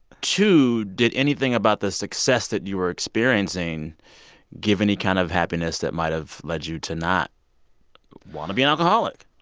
two, did anything about the success that you were experiencing give any kind of happiness that might have led you to not want to be an alcoholic?